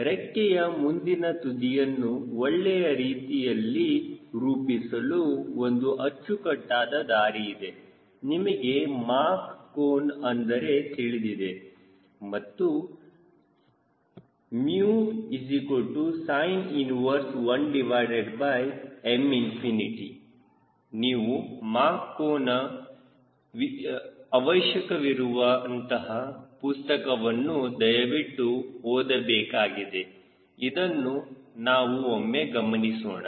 ರೆಕ್ಕೆಯ ಮುಂದಿನ ತುದಿಯನ್ನು ಒಳ್ಳೆಯ ರೀತಿಯಲ್ಲಿ ರೂಪಿಸಲು ಒಂದು ಅಚ್ಚುಕಟ್ಟಾದ ದಾರಿಯಿದೆ ನಿಮಗೆ ಮಾಕ್ ಕೋನ ಅಂದರೆ ತಿಳಿದಿದೆ ಮತ್ತು sin 11M ನೀವು ಮಾಕ್ ಕೋನ ಅವಶ್ಯಕವಿರುವ ಅಂತಹ ಪುಸ್ತಕವನ್ನು ದಯವಿಟ್ಟು ಓದಬೇಕಾಗಿದೆ ಇದನ್ನು ನಾವು ಒಮ್ಮೆ ಗಮನಿಸೋಣ